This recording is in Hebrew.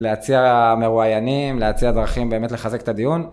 להציע מרואיינים, להציע דרכים באמת לחזק את הדיון.